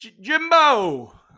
Jimbo